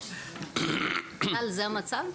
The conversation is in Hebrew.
זהו המצב?